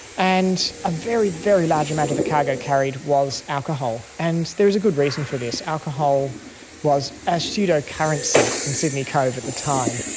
and a very, very large amount of the cargo carried was alcohol. and there is a good reason for this. alcohol was a pseudo currency in sydney cove at the time.